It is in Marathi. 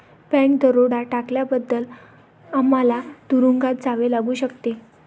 बँक दरोडा टाकल्याबद्दल आम्हाला तुरूंगात जावे लागू शकते